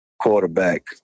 quarterback